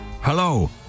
Hello